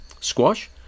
squash